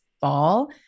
fall